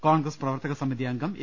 കോൺഗ്രസ് പ്രവർത്തകസമിതി അംഗം എ